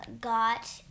got